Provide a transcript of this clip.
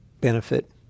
benefit